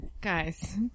Guys